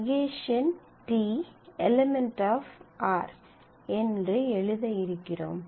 ¬ t € r என்று எழுத இருக்கிறோம்